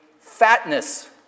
fatness